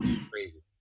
crazy